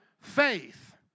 Faith